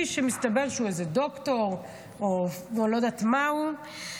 שמסתבר שהוא איזה דוקטור או לא יודעת מה הוא,